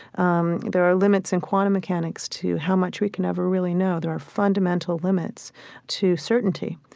um there are limits in quantum mechanics to how much we can ever really know. there are fundamental limits to certainty.